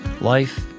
Life